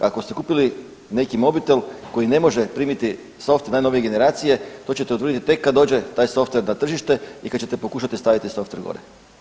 Ako ste kupili neki mobitel koji ne može primiti softver najnovije generacije to ćete utvrditi tek kad dođe taj softver na tržište i kad ćete pokušati staviti softver gore.